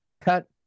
cut